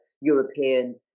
European